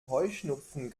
heuschnupfen